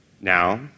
Now